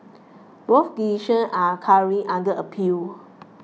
both decision are currently under appeal